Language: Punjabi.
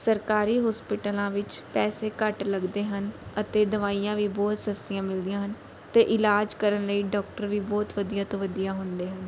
ਸਰਕਾਰੀ ਹੋਸਪੀਟਲਾਂ ਵਿੱਚ ਪੈਸੇ ਘੱਟ ਲੱਗਦੇ ਹਨ ਅਤੇ ਦਵਾਈਆਂ ਵੀ ਬਹੁਤ ਸਸਤੀਆਂ ਮਿਲਦੀਆਂ ਹਨ ਅਤੇ ਇਲਾਜ ਕਰਨ ਲਈ ਡਾਕਟਰ ਵੀ ਬਹੁਤ ਵਧੀਆ ਤੋਂ ਵਧੀਆ ਹੁੰਦੇ ਹਨ